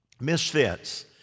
misfits